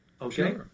Okay